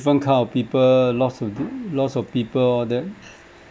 different kind of people lots of lots of people all that